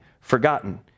forgotten